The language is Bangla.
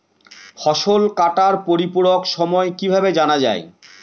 ফসল কাটার পরিপূরক সময় কিভাবে জানা যায়?